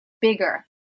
bigger